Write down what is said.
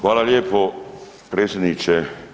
Hvala lijepo predsjedniče.